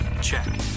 check